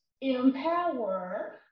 Empower